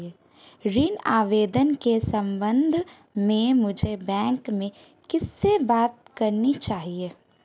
ऋण आवेदन के संबंध में मुझे बैंक में किससे बात करनी चाहिए?